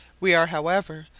we are, however,